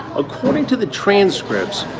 according to the transcripts,